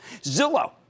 Zillow